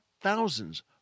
thousands